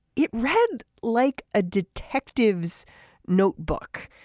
it read like a detective's notebook.